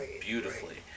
beautifully